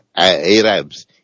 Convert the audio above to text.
Arabs